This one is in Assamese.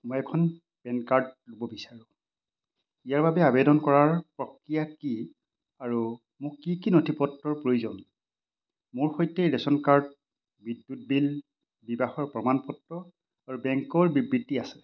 মই এখন পেন কাৰ্ড ল'ব বিচাৰোঁ ইয়াৰ বাবে আবেদন কৰাৰ প্ৰক্ৰিয়া কি আৰু মোক কি কি নথিপত্ৰৰ প্ৰয়োজন মোৰ সৈতে ৰেচন কাৰ্ড বিদ্যুৎ বিল বিবাহৰ প্ৰমাণপত্ৰ আৰু বেংকৰ বিবৃতি আছে